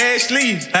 Ashley